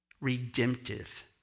redemptive